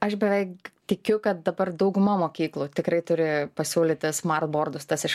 aš beveik tikiu kad dabar dauguma mokyklų tikrai turi pasiūlyti smart bordus tas iš